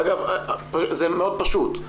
אגב, זה מאוד פשוט.